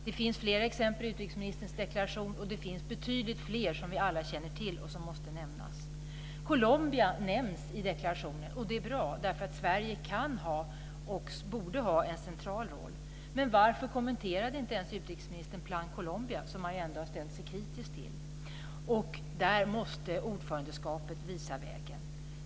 Det finns exempel i utrikesministerns deklaration, men det finns betydligt fler som vi alla känner till och som måste nämnas. Colombia nämns i deklarationen. Det är bra, därför att Sverige kan ha och borde ha en central roll. Men varför kommenterade inte ens utrikesministern Plan Colombia, som man ändå har ställt sig kritisk till? Där måste ordförandelandet visa vägen.